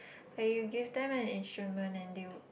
but you give them an instrument and they will